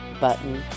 button